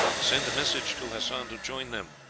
send message to hassan to join them.